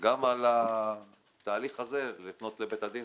גם על התהליך הזה לפנות לבית הדין,